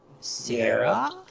Sarah